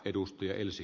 arvoisa puhemies